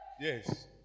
Yes